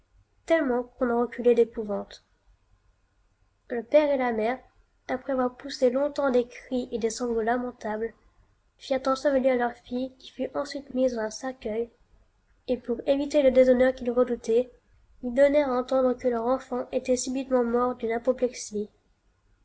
tellement qu'on en reculait d'épouvante le père et la mère après avoir poussé long-tems des cris et des sanglots lamentables firent ensevelir leur fille qui fut ensuite mise dans un cercueil et pour éviter le déshonneur qu'ils redoutaient ils donnèrent à entendre que leur enfant était subitement mort d'une